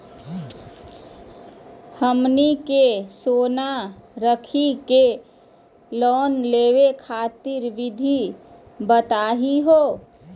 हमनी के सोना रखी के लोन लेवे खातीर विधि बताही हो?